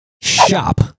shop